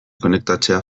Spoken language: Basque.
konektatzea